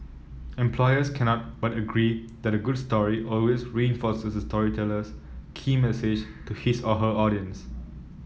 employers cannot but agree that a good story always reinforces the storyteller's key message to his or her audience